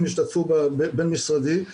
כי